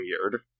weird